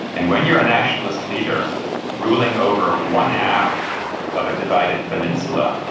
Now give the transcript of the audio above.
and when you are a nationalist leader ruling over one half of a divided peninsula,